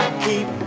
keep